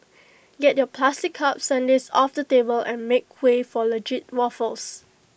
get your plastic cup sundaes off the table and make way for legit waffles